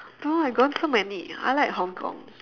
no I gone so many I like hong-kong